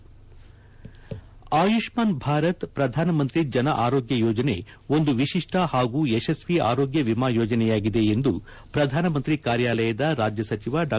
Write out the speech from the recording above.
ಆಯುಷ್ಮಾನ್ ಭಾರತ್ ಪ್ರಧಾನಮಂತ್ರಿ ಜನ ಆರೋಗ್ಯ ಯೋಜನೆ ಒಂದು ವಿಶಿಷ್ಠ ಹಾಗೂ ಯಶಸ್ವೀ ಆರೋಗ್ಯ ವಿಮಾ ಯೋಜನೆಯಾಗಿದೆ ಎಂದು ಪ್ರಧಾನಮಂತ್ರಿ ಕಾರ್ಯಾಲಯದ ರಾಜ್ಯ ಸಚಿವ ಡಾ